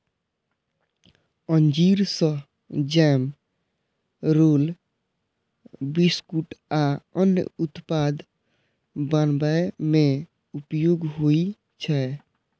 अंजीर सं jam, roll, बिस्कुट आ अन्य उत्पाद बनाबै मे उपयोग होइ छै